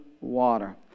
water